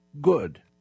good